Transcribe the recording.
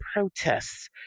protests